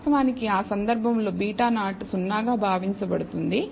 వాస్తవానికి ఆ సందర్భంలో β0 0 గా భావించబడుతుంది